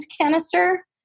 canister